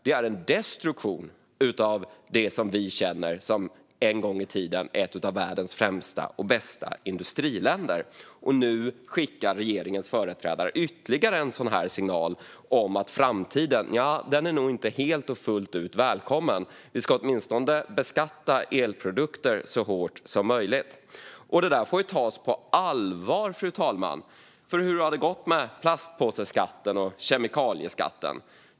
Det är en destruktion av det som vi en gång i tiden kände som ett av världens främsta och bästa industriländer. Nu skickar regeringens företrädare ytterligare en sådan här signal: Framtiden, nja, den är nog inte helt och fullt välkommen. Vi ska åtminstone beskatta elprodukter så hårt som möjligt. Detta får tas på allvar, fru talman. För hur har det gått med plastpåseskatten och kemikalieskatten?